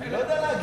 אני לא יודע להגיד.